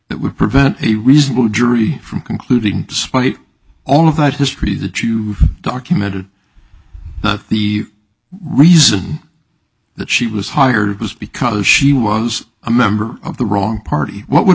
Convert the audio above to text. that would prevent a reasonable jury from concluding despite all of that history that you've documented the reason that she was hired was because she was a member of the wrong party what would